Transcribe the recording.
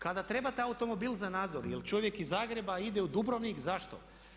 Kada trebate automobil za nadzor jer čovjek iz Zagreba ide u Dubrovnik, zašto?